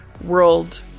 world